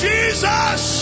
Jesus